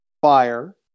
Fire